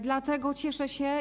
Dlatego cieszę się.